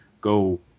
go